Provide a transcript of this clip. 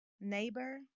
neighbor